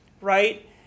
right